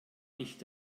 nicht